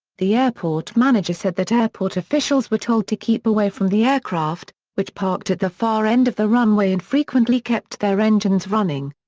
the airport manager said that airport officials were told to keep away from the aircraft, which parked at the far end of the runway and frequently kept their engines running.